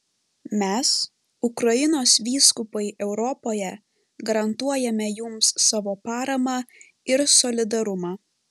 mes ukrainos vyskupai europoje garantuojame jums savo paramą ir solidarumą